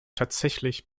tatsächlich